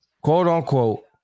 quote-unquote